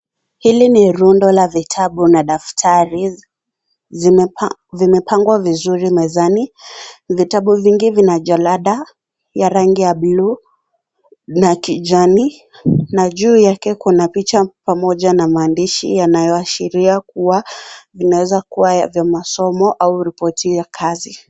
Hili ni rundo la vitabu na daftari, vimepa, vimepangwa vizuri mezani, vitabu vingi vina jarada, ya rangi ya buluu, na kijani, na juu yake kuna picha pamoja na maandishi, vinavyo ashiria kuwa, vinaweza kuwa vya masomo au ripoti ya kazi.